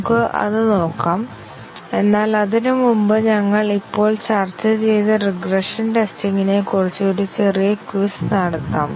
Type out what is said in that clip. നമുക്ക് അത് നോക്കാം എന്നാൽ അതിനുമുമ്പ് ഞങ്ങൾ ഇപ്പോൾ ചർച്ച ചെയ്ത റിഗ്രഷൻ ടെസ്റ്റിംഗിനെക്കുറിച്ച് ഒരു ചെറിയ ക്വിസ് നടത്താം